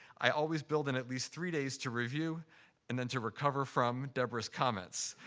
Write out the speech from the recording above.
i always build in at least three days to review and then to recover from deborah's comments,